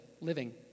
living